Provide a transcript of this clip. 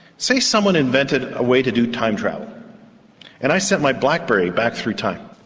say someone invented a way to do time travel and i sent my blackberry back through time.